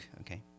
Okay